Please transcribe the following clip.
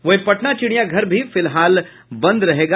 वहीं पटना चिड़ियाघर भी फिलहाल बंद रहेगा